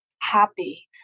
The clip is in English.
happy